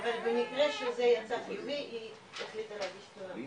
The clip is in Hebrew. במקרה שזה יצא חיובי היא החליטה להגיש תלונה,